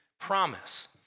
promise